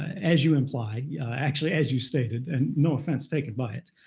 as you implied actually, as you stated. and no offense taken by it.